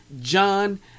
John